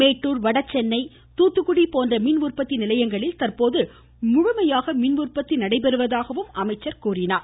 மேட்டூர் வடசென்னை தூத்துக்குடி போன்ற மின்உற்பத்தி நிலையங்களில் தற்போது முழுமையாக மின்உற்பத்தி நடைபெறுவதாகக் கூறினார்